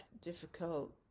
difficult